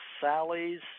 Sally's